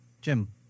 Jim